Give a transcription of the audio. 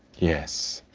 yes.